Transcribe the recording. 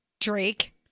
Drake